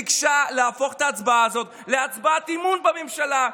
ביקשה להפוך את ההצבעה הזאת להצבעת אמון בממשלה.